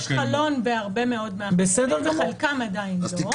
יש חלון בהרבה מאוד מהמתקנים, בחלקם עדיין לא.